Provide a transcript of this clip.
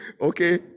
okay